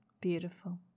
Beautiful